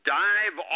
dive